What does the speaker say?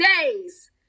days